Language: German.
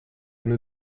eine